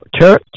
church